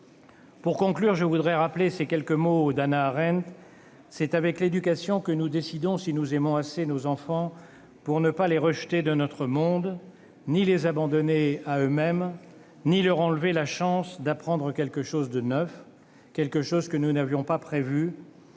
pour conclure, Hannah Arendt :« C'est [...] avec l'éducation que nous décidons si nous aimons assez nos enfants pour ne pas les rejeter de notre monde, ni les abandonner à eux-mêmes, ni leur enlever leur chance d'entreprendre quelque chose de neuf, quelque chose que nous n'avions pas prévu,